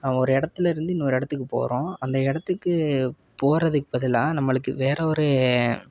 ஒரு இடத்துலேருந்து இன்னொரு இடத்துக்கு போகறோம் அந்த இடத்துக்கு போகறதுக்கு பதிலாக நம்மளுக்கு வேறு ஒரு